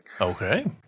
Okay